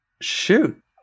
Shoot